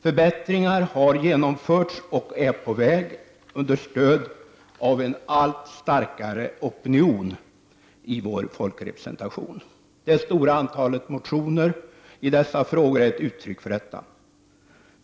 Förbättringar har ge nomförts och är på väg med stöd av en allt starkare opinion i vår folkrepresentation. Det stora antalet motioner i dessa frågor är ett uttryck för detta.